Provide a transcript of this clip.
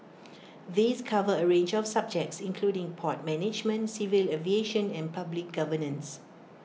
these cover A range of subjects including port management civil aviation and public governance